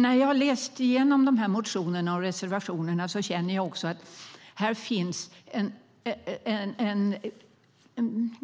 När jag har läst igenom motionerna och reservationerna känner jag att det finns en